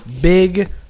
Big